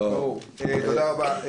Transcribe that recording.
תודה רבה.